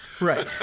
right